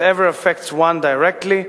Whatever affects one directly,